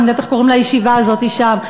אני יודעת איך קוראים לישיבה הזאת שם?